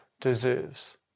deserves